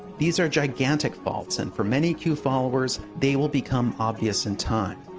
these are gigantic faults. and for many q followers, they will become obvious in time.